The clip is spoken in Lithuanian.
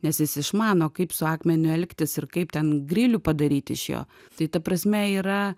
nes jis išmano kaip su akmeniu elgtis ir kaip ten grilių padaryt iš jo tai ta prasme yra